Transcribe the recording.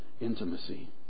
intimacy